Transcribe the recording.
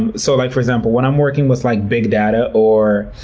and so like for example, when i'm working with, like, big data, or